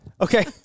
Okay